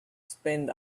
spend